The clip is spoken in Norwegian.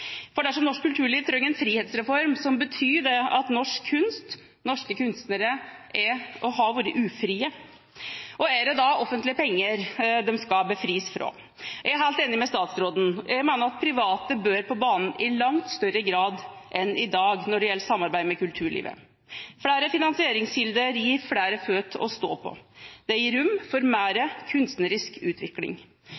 Dersom norsk kulturliv trenger en frihetsreform, betyr det at norsk kunst, norske kunstnere, er og har vært ufrie. Er det da offentlige penger de skal befris fra? Jeg er helt enig med statsråden – jeg mener at private bør på banen i langt større grad enn i dag når det gjelder samarbeid med kulturlivet. Flere finansieringskilder gir flere føtter å stå på. Det gir rom for